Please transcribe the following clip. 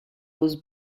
was